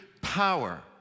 power